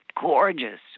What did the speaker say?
gorgeous